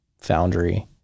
foundry